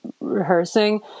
rehearsing